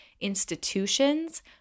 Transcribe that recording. institutions